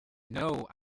know